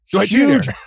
Huge